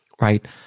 right